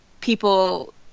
people